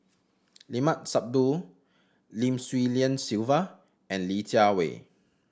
Limat Sabtu Lim Swee Lian Sylvia and Li Jiawei